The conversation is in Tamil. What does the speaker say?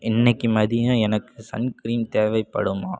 இன்றைக்கி மதியம் எனக்கு சன் க்ரீன் தேவைப்படுமா